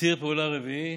ציר פעולה רביעי,